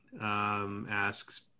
asks